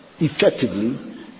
effectively